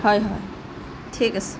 হয় হয় ঠিক আছে